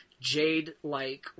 jade-like